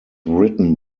written